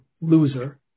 loser